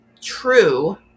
true